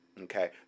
Okay